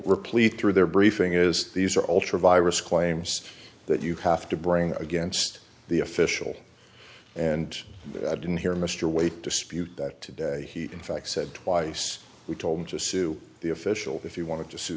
replete through their briefing is these are all true virus claims that you have to bring against the official and i didn't hear mr waite dispute that today he in fact said twice we told him to sue the official if you want to sue